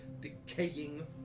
decaying